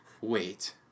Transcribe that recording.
wait